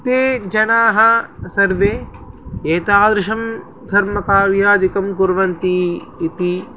ते जनाः सर्वे एतादृशं धर्मकार्यादिकं कुर्वन्ति इति